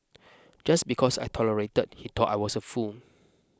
just because I tolerated he thought I was a fool